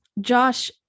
Josh